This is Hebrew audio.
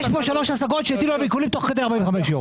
יש פה שלוש השגות שהטילו עליהם עיקולים תוך כדי 45 יום.